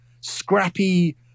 scrappy